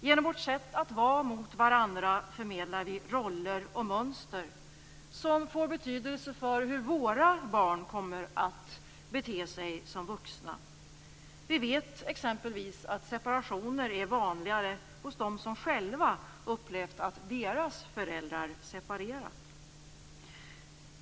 Genom vårt sätt att vara mot varandra förmedlar vi roller och mönster som får betydelse för hur våra barn kommer att bete sig som vuxna. Vi vet exempelvis att separationer är vanligare hos dem som själva upplevt att deras föräldrar separerat.